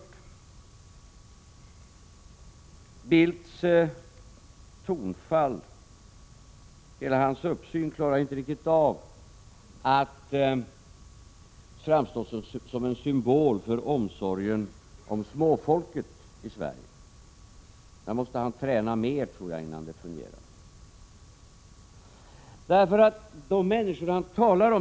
Carl Bildts tonfall och hela hans uppsyn klarar inte riktigt av att låta honom framstå som en symbol för omsorgen om småfolket i Sverige. Jag tror att han måste träna mer innan det fungerar.